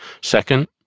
Second